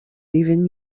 even